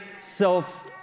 self